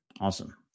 Awesome